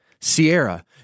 Sierra